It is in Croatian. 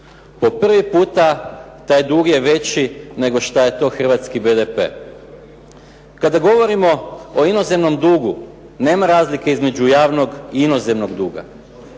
Po prvi puta taj dug je veći nego što je to hrvatski BDP. Kada govorimo o inozemnom dugu nema razlike između javnog i inozemnog duga.